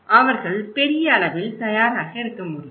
அவர்கள் பெரிய அளவில் தயாராக இருக்க முடியும்